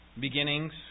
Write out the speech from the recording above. beginnings